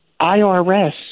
IRS